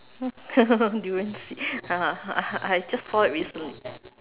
durian seed (uh huh) I just saw it recently